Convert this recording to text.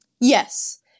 Yes